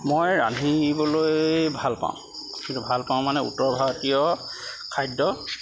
মই ৰান্ধিবলৈ ভাল পাওঁ কিন্তু ভাল পাওঁ মানে উত্তৰ ভাৰতীয় খাদ্য়